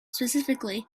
specifically